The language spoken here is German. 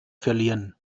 verlieren